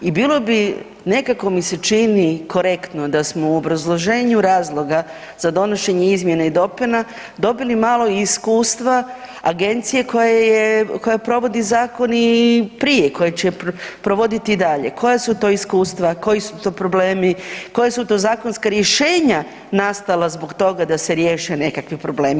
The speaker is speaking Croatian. I bilo bi nekako mi se čini korektno da smo u obrazloženju razloga za donošenje izmjena i dopuna dobili malo i iskustva agencije je, koja provodi zakon i prije kojeg će provoditi i dalje, koja su to iskustva, koji su to problemi, koja su to zakonska rješenja nastala zbog toga se riješe nekakvi problemi.